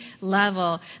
level